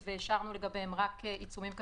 השארנו לגביהן רק עיצומים כספיים.